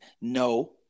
no